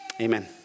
amen